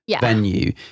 venue